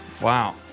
Wow